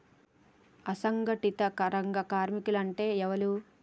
అసంఘటిత రంగ కార్మికులు అంటే ఎవలూ?